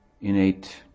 innate